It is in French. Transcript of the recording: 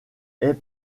est